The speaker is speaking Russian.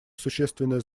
существенное